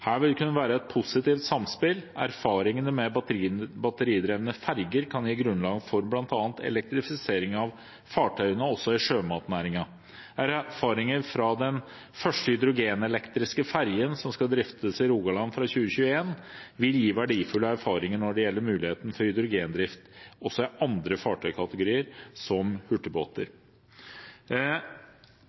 Her vil det kunne være et positivt samspill. Erfaringene med batteridrevne ferger kan gi grunnlag for bl.a. elektrifisering av fartøyene også i sjømatnæringen. Her vil den første hydrogen-elektriske fergen, som skal driftes i Rogaland fra 2021, gi verdifulle erfaringer når det gjelder muligheten til hydrogendrift også i andre fartøyskategorier, som hurtigbåter.